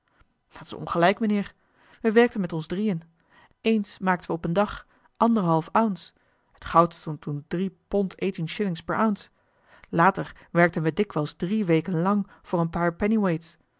is ongelijk mijnheer we werkten met ons drieën eens maakten we op een dag anderhalf once t goud stond toen drie pond eten shillings per once later werkten we dikwijls drie weken lang voor een paar